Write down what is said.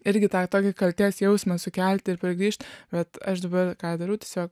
irgi tą tokį kaltės jausmą sukelti ir pragrįžt bet aš dabar ką darau tiesiog